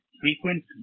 frequent